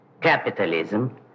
capitalism